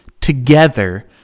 together